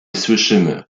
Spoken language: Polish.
słyszymy